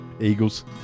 Eagles